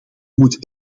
moet